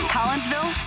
Collinsville